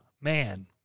man